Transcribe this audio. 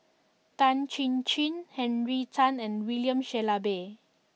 Tan Chin Chin Henry Tan and William Shellabear